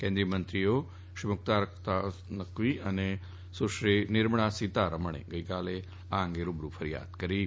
કેન્દ્રીય મંત્રીઓ શ્રી મુખ્તાર અબ્બાસ નકવી અને નિર્મલા સીતારમણે ગઈકાલે આ અંગે રૂબરૂ ફરીયાદ કરી હતી